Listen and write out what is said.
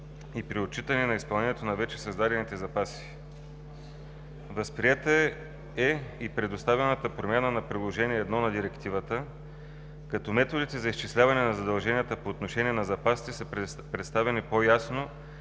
и при отчитане изпълнението на вече създадените запаси. Възприета е и представената промяна на Приложение 1 на Директивата, като методите за изчисляване на задълженията по отношение на запасите са представени по-ясно,